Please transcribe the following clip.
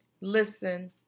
listen